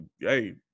hey